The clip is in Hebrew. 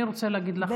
אני רוצה להגיד לך,